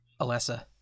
Alessa